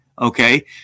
okay